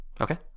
Okay